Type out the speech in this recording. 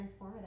transformative